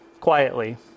quietly